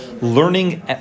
learning